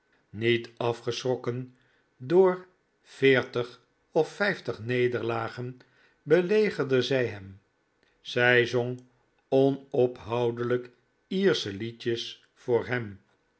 niet afgeschrokken door veertig of vijftig nederlagen belegerde zij hem zij zong onophoudelijk iersche liedjes voor hem